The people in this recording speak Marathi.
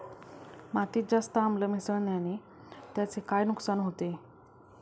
मातीत जास्त आम्ल मिसळण्याने त्याचे काय नुकसान होते?